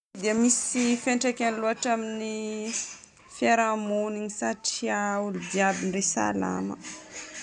Tsy dia misy fiantraikany loatra amin'ny fiarahamonigna satria olo jiaby ndray salama.